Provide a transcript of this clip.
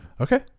okay